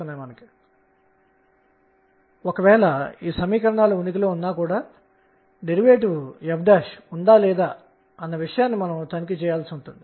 nr మరియు n అనే 2 quantum సంఖ్యల మధ్య సంబంధం శక్తిని మరియు కక్ష్య యొక్క రకాన్ని ఇస్తుంది